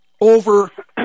over